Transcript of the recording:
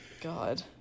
God